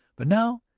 but now,